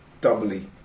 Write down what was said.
doubly